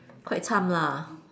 quite cham lah